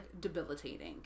debilitating